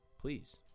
please